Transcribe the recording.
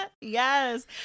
Yes